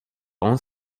own